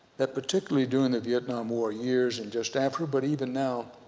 that particularly during the vietnam war years and just after but even now,